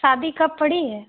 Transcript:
शादी कब पड़ी है